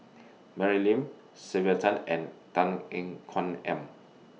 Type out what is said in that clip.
Mary Lim Sylvia Tan and Tan Ean Kuan Aim